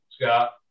Scott